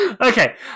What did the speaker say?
Okay